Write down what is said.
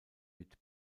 mit